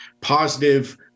positive